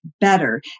better